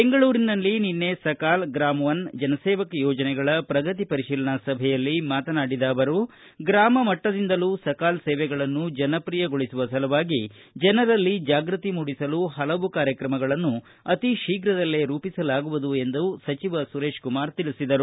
ಬೆಂಗಳೂರಿನಲ್ಲಿ ನಿನ್ನೆ ಸಕಾಲ ಗ್ರಾಮ ಒನ್ ಜನಸೇವಕ ಯೋಜನೆಗಳ ಪ್ರಗತಿ ಪರಿಶೀಲನಾ ಸಭೆಯಲ್ಲಿ ಮಾತನಾಡಿದ ಅವರು ಗ್ರಾಮ ಮಟ್ಟರಿಂದಲೂ ಸಕಾಲ ಸೇವೆಗಳನ್ನು ಜನಪ್ರಿಯಗೊಳಿಸುವ ಸಲುವಾಗಿ ಜನರಲ್ಲಿ ಜಾಗ್ಯತಿ ಮೂಡಿಸಲು ಪಲವು ಕಾರ್ಯಕ್ರಮಗಳನ್ನು ಅತಿ ಶೀಘದಲ್ಲಿ ರೂಪಿಸಲಾಗುವುದು ಸಚಿವ ಸುರೇಶಕುಮಾರ ಹೇಳಿದರು